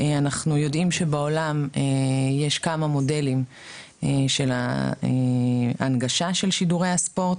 אנחנו יודעים שבעולם יש כמה מודלים של ההנגשה של שידורי הספורט,